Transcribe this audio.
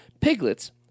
piglets